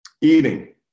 Eating